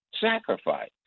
sacrifice